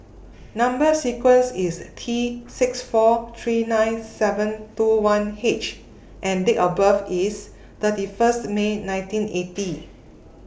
Number sequence IS T six four three nine seven two one H and Date of birth IS thirty First May nineteen eighty